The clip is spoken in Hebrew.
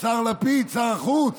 השר לפיד, שר החוץ.